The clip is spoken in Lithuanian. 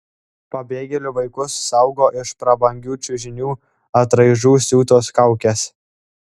pabėgėlių vaikus saugo iš prabangių čiužinių atraižų siūtos kaukės